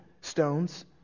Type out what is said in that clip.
stones